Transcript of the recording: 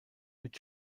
mit